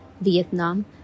Vietnam